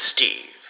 Steve